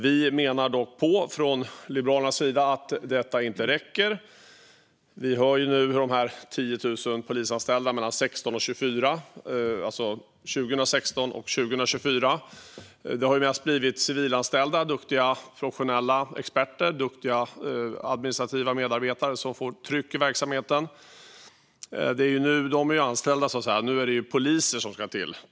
Vi menar dock från Liberalernas sida att detta inte räcker. Vi hör nu hur de 10 000 poliser som skulle anställas mellan 2016 och 2024 mest blivit civilanställda. Det är duktiga, professionella experter och duktiga administrativa medarbetare som får tryck i verksamheten. De är anställda. Nu är det ju polisutbildade som ska till.